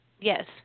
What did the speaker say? Yes